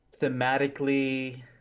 thematically